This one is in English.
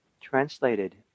translated